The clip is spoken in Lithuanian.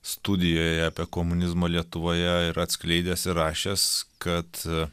studijoje apie komunizmą lietuvoje yra atskleidęs ir rašęs kad